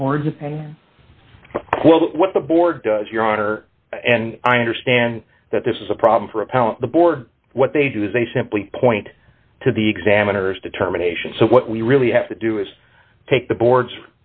penn well what the board does your honor and i understand that this is a problem for a pal of the board what they do is they simply point to the examiners determination so what we really have to do is take the board